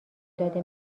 داده